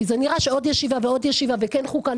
כי זה נראה שעוד ישיבה ועוד ישיבה וכן חוקה,